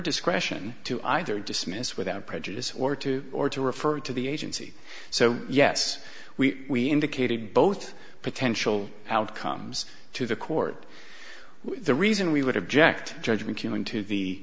discretion to either dismissed without prejudice or to or to refer to the agency so yes we indicated both potential outcomes to the court when the reason we would object judgment came into the